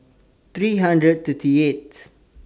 three hundred thirty eighth